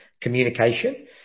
communication